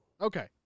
Okay